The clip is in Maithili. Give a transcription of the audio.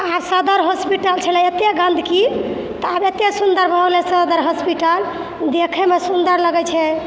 आ सदर हॉस्पिटल छलै एतेक गन्दगी तऽ आब एतेक सुन्दर भऽ गेलै सदर हॉस्पिटल देखयमे सुन्दर लगै छै